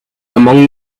among